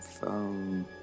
Phone